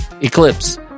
Eclipse